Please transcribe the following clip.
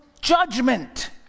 judgment